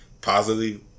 positively